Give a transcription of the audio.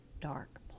dark